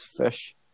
Fish